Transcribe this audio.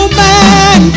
man